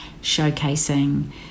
showcasing